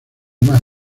más